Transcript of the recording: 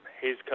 Hayes